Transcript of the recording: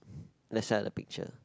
left side of the picture